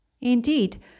Indeed